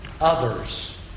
others